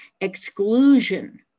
exclusion